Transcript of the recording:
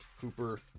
Cooper